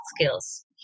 skills